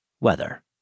weather